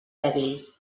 dèbil